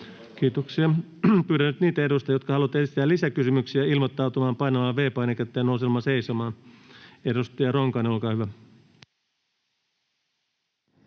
Kiitoksia. — Pyydän nyt niitä edustajia, jotka haluavat esittää lisäkysymyksiä, ilmoittautumaan painamalla V-painiketta ja nousemalla seisomaan. — Edustaja Ronkainen, olkaa hyvä.